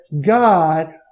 God